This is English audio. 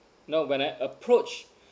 know when I approach